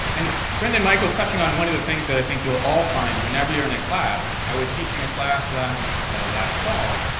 and brendan-michael is touching on one of the things that i think you'll all find whenever you're in a class. i was teaching a class last last fall.